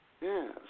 Yes